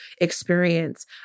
experience